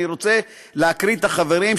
אני רוצה להקריא את שמות החברים,